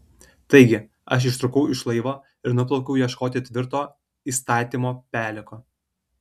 taigi aš ištrūkau iš laivo ir nuplaukiau ieškoti tvirto įstatymo peleko